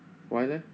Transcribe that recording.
why leh